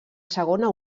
segona